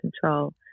control